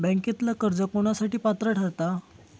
बँकेतला कर्ज कोणासाठी पात्र ठरता?